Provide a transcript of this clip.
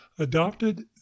adopted